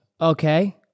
Okay